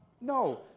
No